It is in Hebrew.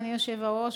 אדוני היושב-ראש,